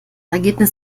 ergebnis